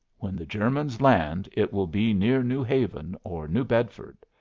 when the germans land it will be near new haven, or new bedford.